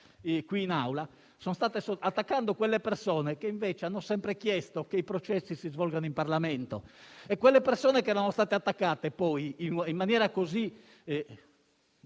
qui in Aula). Si attaccano quelle persone che, invece, hanno sempre chiesto che i processi non si svolgano in Parlamento. Quelle stesse persone che erano state attaccate, in maniera così